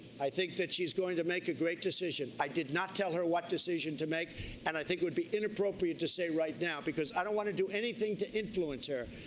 i think she's going to make a great decision. i did not tell her what decision to make and i think it would be inappropriate to say right now because i don't want to do anything to influence her,